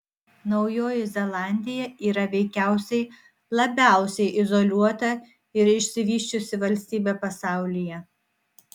naujoji zelandija yra veikiausiai labiausiai izoliuota ir išsivysčiusi valstybė pasaulyje